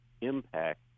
impact